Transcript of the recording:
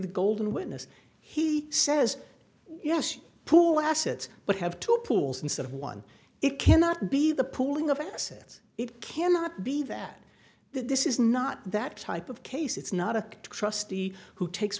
the golden witness he says yes you poor assets but have two pools instead of one it cannot be the pooling of assets it cannot be that this is not that type of case it's not a trustee who takes